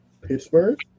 Pittsburgh